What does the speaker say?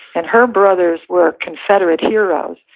and her brothers were confederate heroes,